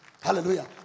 Hallelujah